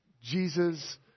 Jesus